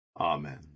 Amen